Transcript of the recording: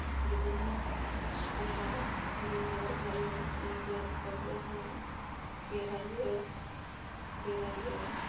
बिदिनो समाव New Year जायो निउ इयार फ्रावबो जोङो बेरायो बेरायो